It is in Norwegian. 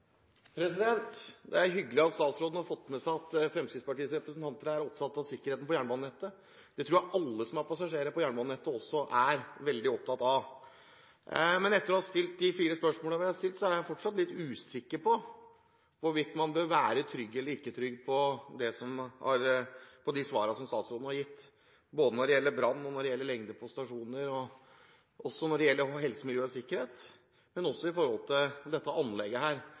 Det er hyggelig at statsråden har fått med seg at Fremskrittspartiets representanter er opptatt av sikkerheten på jernbanenettet. Det tror jeg alle som er passasjerer på jernbanenettet, også er veldig opptatt av. Men etter å ha stilt de fire spørsmålene jeg har stilt, er jeg fortsatt litt usikker på hvorvidt man bør være trygg eller ikke på de svarene som statsråden har gitt, både når det gjelder brann, lengde på stasjoner, helse, miljø og sikkerhet og dette anlegget. Driftsstabilitet er utrolig viktig, og vi ser at det